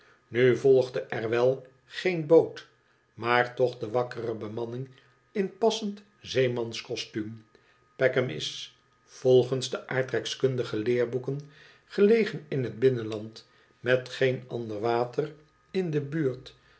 nu volgde er wel geen boot maar toch de wakkere bemanning in passend zeemanskostuum peckham is volgens de aardrijkskundige leerboeken gelegen in het binnenland met geen ander water in de buurt